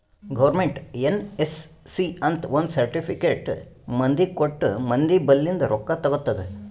government NSC ಅಂತ್ ಒಂದ್ certificate ಮಂದಿಗ ಕೊಟ್ಟು ಮಂದಿ ಬಲ್ಲಿಂದ್ ರೊಕ್ಕಾ ತಗೊತ್ತುದ್